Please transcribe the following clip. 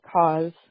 cause